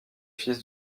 fils